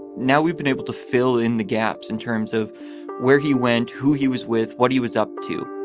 now we've been able to fill in the gaps in terms of where he went, who he was with, what he was up to.